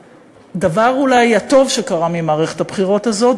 הדבר הטוב אולי שקרה כתוצאה ממערכת הבחירות הזו,